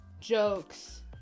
jokes